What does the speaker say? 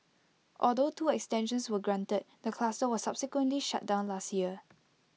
although two extensions were granted the cluster was subsequently shut down last year